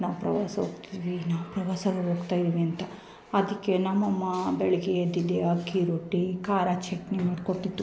ನಾವು ಪ್ರವಾಸ ಹೋಗ್ತಿವಿ ನಾವು ಪ್ರವಾಸಕ್ಕೆ ಹೋಗ್ತಾ ಇದ್ದೀವಿ ಅಂತ ಅದಕ್ಕೆ ನಮ್ಮಅಮ್ಮ ಬೆಳಗ್ಗೆ ಎದ್ದಿದ್ದೆ ಅಕ್ಕಿ ರೊಟ್ಟಿ ಖಾರ ಚಟ್ನಿ ಮಾಡಿಕೊಟ್ಟಿತ್ತು